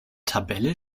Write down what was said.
tabelle